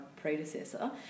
predecessor